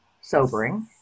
sobering